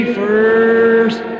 first